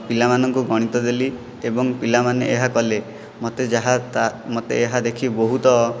ପିଲାମାନଙ୍କୁ ଗଣିତ ଦେଲି ଏବଂ ପିଲାମାନେ ଏହା କଲେ ମୋତେ ଯାହା ତା ମୋତେ ଏହା ଦେଖି ବହୁତ